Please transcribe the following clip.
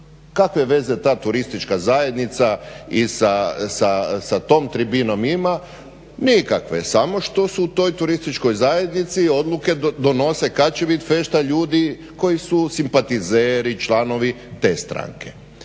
Kakve veze ta turistička zajednica sa tom tribinom ima, nikakve samo što su u toj turističkoj zajednici odluke donose kad će bit fešta, ljudi koji su simpatizeri, članovi te stranke.